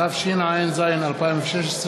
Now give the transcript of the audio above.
התשע"ז 2016,